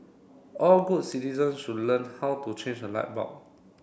all good citizen should learn how to change a light bulb